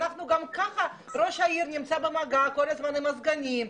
גם כך ראש העיר נמצא במגע כל הזמן עם הסגנים,